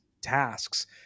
tasks